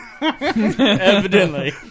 Evidently